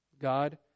God